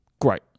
Great